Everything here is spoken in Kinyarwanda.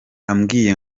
ambwiye